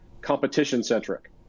competition-centric